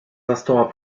instants